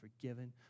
forgiven